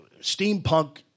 steampunk